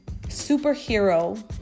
superhero